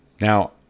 Now